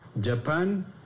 Japan